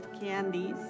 candies